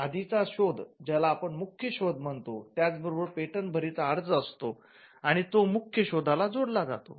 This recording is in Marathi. आधीचा शोध ज्याला आपण मुख्य शोध म्हणतो त्याबरोबरच पेटंट भरी चा अर्ज असतो आणि तो मुख्य शोधला जोडला जातो